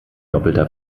doppelter